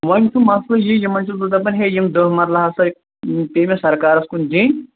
وَنہِ چھُ مسلہٕ یہِ یمن چُھس بہٕ دپان ہے یم دہ مرلہٕ ہسا پے مےٚ سرکارس کُن دِین